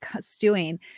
stewing